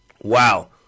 Wow